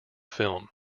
film